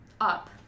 Up